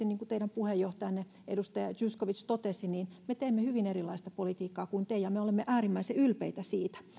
niin kuin teidän puheenjohtajanne edustaja zyskowicz totesi kyllä me tässä hallituksessa ihan aidosti teemme hyvin erilaista politiikkaa kuin te ja me olemme äärimmäisen ylpeitä siitä